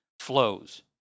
flows